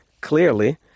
Clearly